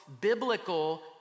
biblical